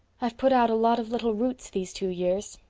i've put out a lot of little roots these two years,